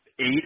eight